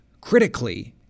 critically